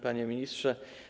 Panie Ministrze!